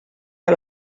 que